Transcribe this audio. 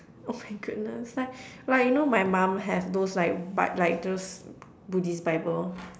oh my goodness like like you know my mum have those like but like those Buddhist bible